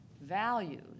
values